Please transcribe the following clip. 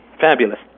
Fabulous